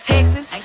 Texas